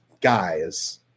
guys